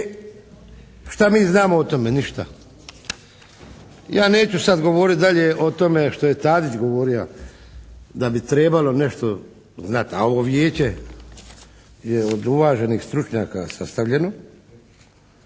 I šta mi znamo o tome? Ništa. Ja neću sad govoriti dalje o tome što je Tadić govorio da bi trebalo nešto znati. A ovo Vijeće je od uvaženih stručnjaka sastavljeno.